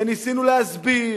וניסינו להסביר,